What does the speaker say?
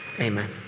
Amen